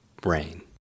brain